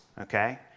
Okay